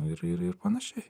ir ir ir panašiai